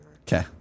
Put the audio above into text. okay